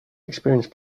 experience